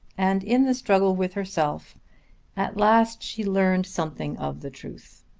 and in the struggle with herself at last she learned something of the truth.